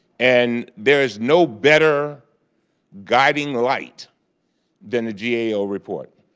and there is no better guiding light than the gao report.